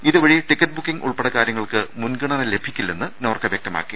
ഇതുവഴി ticket booking ഉൾപ്പെടെ കാര്യങ്ങൾക്ക് മുൻഗണന ലഭിക്കില്ലെന്ന് നോർക്ക വ്യക്തമാക്കി